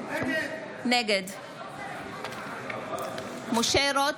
נגד משה רוט,